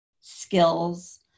skills